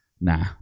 Nah